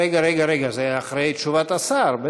רגע רגע רגע, זה אחרי תשובת השר.